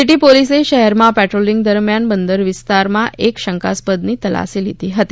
city પોલિસે શહેરમાં patrolling દરમ્યાાન બંદર વિસ્તાારમાં એક શંકાસ્પઝદની તલાસી લીઘી હતી